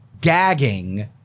gagging